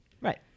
Right